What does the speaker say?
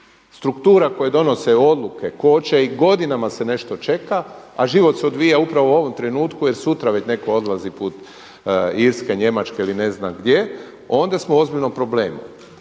struktura koje donose odluke koče i godinama se nešto čeka, a život se odvija upravo u ovom trenutku jer sutra već neko odlazi put Irske, Njemačke ili ne znam gdje, onda smo u ozbiljnom problemu.